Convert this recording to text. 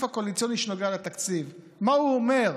הקואליציוני שנוגע לתקציב ומה הוא אומר,